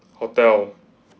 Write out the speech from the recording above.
hotel